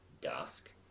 Dusk